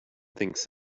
thinks